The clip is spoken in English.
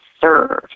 serve